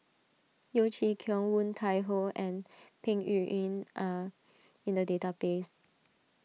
Yeo Chee Kiong Woon Tai Ho and Peng Yuyun are in the database